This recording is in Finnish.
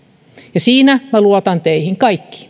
ja siinä minä luotan teihin kaikkiin